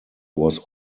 was